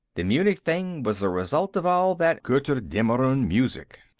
the munich thing was the result of all that gotterdammerung music.